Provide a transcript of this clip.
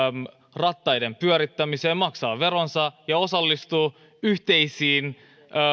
rattaiden pyörittämiseen maksaa veronsa ja osallistuu yhteisiin